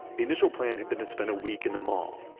the initial plan had been to spend a week and the mall,